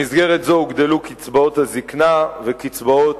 במסגרת זו הוגדלו קצבאות הזיקנה וקצבאות